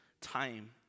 time